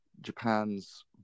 japan's